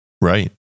Right